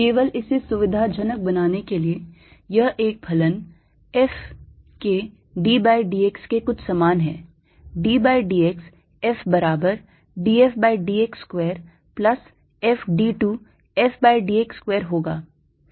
केवल इसे सुविधाजनक बनाने के लिए यह एक फलन f के d by d x के कुछ समान है d by d x f बराबर d f by d x square plus f d 2 f by d x square होगा